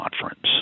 Conference